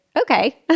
Okay